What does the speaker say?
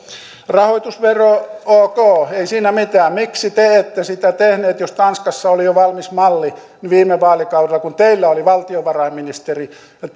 rahoitusvero ok ei siinä mitään miksi te ette sitä tehneet jos tanskassa oli jo valmis malli viime vaalikaudella kun teillä oli valtiovarainministeri ja